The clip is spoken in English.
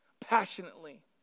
passionately